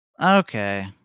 okay